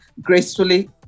gracefully